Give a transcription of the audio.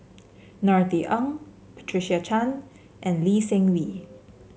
Norothy Ng Patricia Chan and Lee Seng Wee